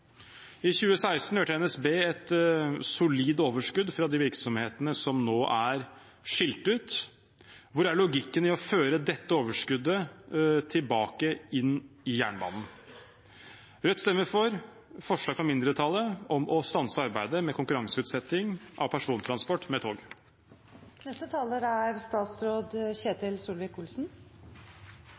I 2016 leverte NSB et solid overskudd fra de virksomhetene som nå er skilt ut. Hvor er logikken i å føre dette overskuddet tilbake inn i jernbanen? Rødt stemmer for forslaget fra mindretallet om å stanse arbeidet med konkurranseutsetting av persontransport med tog. Jernbanen er